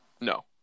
No